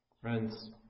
Friends